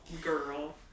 girl